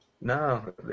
No